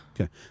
okay